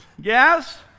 Yes